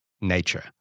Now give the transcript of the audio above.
nature